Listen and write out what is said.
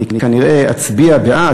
אני כנראה אצביע בעד.